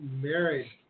married